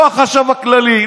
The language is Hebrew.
לא החשב הכללי,